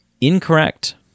Incorrect